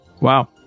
Wow